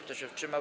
Kto się wstrzymał?